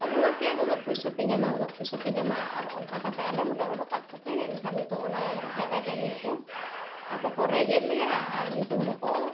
ᱟᱹᱜᱩᱣᱟᱯᱮᱭᱟ ᱱᱩᱱᱟᱹᱜ ᱯᱚᱭᱥᱟ ᱯᱮ ᱧᱟᱢᱟ ᱩᱱᱟᱹᱜ ᱯᱚᱭᱥᱟ ᱯᱮ ᱧᱟᱢᱟ ᱟᱨ ᱚᱱᱠᱟ ᱠᱟᱛᱮᱫ ᱟᱞᱮ ᱦᱚᱸᱞᱮ ᱚᱰᱳᱠ ᱟᱫ ᱠᱚᱛᱮ ᱮᱱᱠᱷᱟᱱ ᱱᱤᱛᱚᱜ ᱚᱱᱟ ᱡᱟᱭᱜᱟ ᱡᱚᱢᱤᱱ ᱠᱚ ᱟᱠᱚ ᱠᱚ ᱨᱮᱡ ᱮᱫ ᱞᱮᱭᱟ ᱟᱨ ᱧᱩᱛᱩᱢ ᱠᱚᱠᱚ